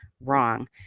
wrong